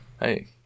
hey